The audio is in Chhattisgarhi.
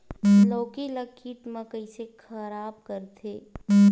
लौकी ला कीट मन कइसे खराब करथे?